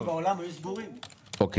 ושווקים בעולם היו סגורים בקורונה.